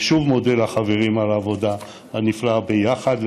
אני שוב מודה לחברים על העבודה הנפלאה ביחד,